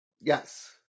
Yes